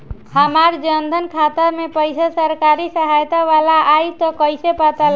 हमार जन धन खाता मे पईसा सरकारी सहायता वाला आई त कइसे पता लागी?